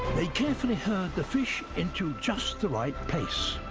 they carefully herd the fish into just the right place.